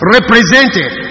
Represented